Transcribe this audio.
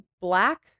black